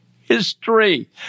history